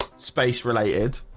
space-related